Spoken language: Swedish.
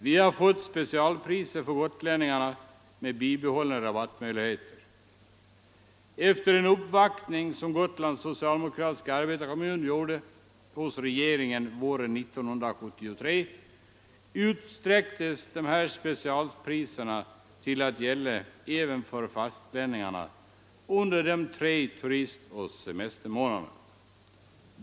Vi har fått specialpriser för gotlänningarna med bibehållna rabattmöjligheter. Efter en uppvaktning som Gotlands socialdemokratiska arbetarekommun gjorde hos regeringen våren 1973 utsträcktes dessa specialpriser till att gälla även för fastlänningarna under de tre turistoch semestermånaderna.